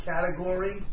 category